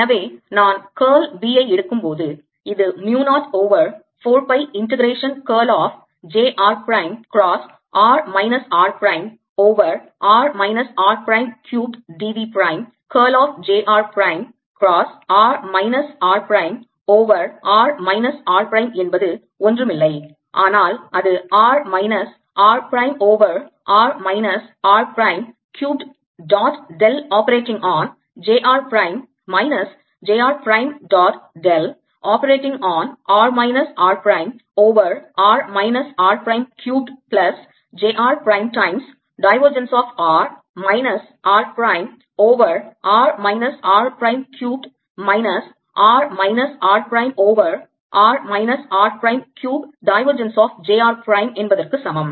எனவே நான் curl B எடுக்கும் போது இது mu 0 over 4 pi integration curl of j r prime cross r minus r prime over r minus r prime cubed d v prime curl of j r prime cross r minus r prime over r minus r prime என்பது ஒன்றுமில்லை ஆனால் அது r minus r prime over r minus r prime cubed dot del operating on j r prime minus j r prime dot del operating on r minus r prime over r minus r prime cubed plus j r prime times divergence of r minus r prime over r minus r prime cubed minus r minus r prime over r minus r prime cube divergence of j r prime என்பதற்கு சமம்